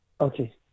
Okay